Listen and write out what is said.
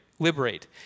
liberate